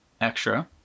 extra